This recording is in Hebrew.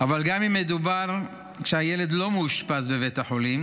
אבל אם מדובר במצב שהילד לא מאושפז בבית החולים,